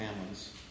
families